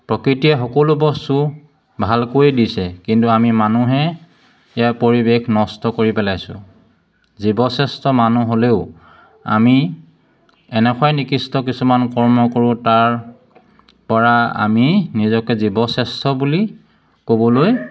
প্ৰকৃতিয়ে সকলো বস্তু ভালকৈয়ে দিছে কিন্তু আমি মানুহে ইয়াৰ পৰিৱেশ নষ্ট কৰি পেলাইছোঁ জীৱ শ্ৰেষ্ঠ মানুহ হ'লেও আমি এনেকুৱাই নিকৃষ্ট কিছুমান কৰ্ম কৰোঁ তাৰপৰা আমি নিজকে জীৱ শ্ৰেষ্ঠ বুলি ক'বলৈ